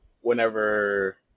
whenever